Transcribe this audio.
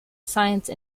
science